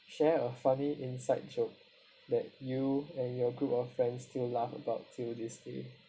share a funny inside joke that you and your group of friends still laugh about till this day